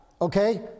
okay